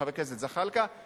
חבר הכנסת זחאלקה,